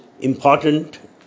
important